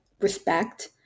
respect